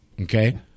okay